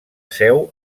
seu